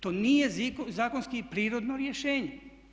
To nije zakonski prirodno rješenje.